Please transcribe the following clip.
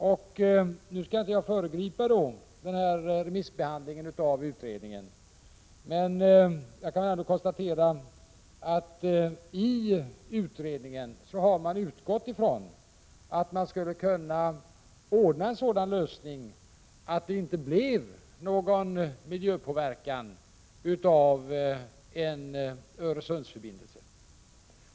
Jag skall inte föregripa remissbehandlingen av utredningen, men jag kan ändå konstatera att man i utredningen har utgått från att man skulle kunna ordna en sådan lösning att det inte blev någon miljöpåverkan av en Öresundsförbindelse.